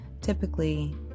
typically